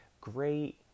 great